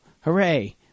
Hooray